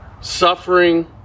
suffering